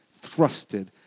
thrusted